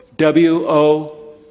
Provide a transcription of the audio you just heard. W-O